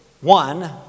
one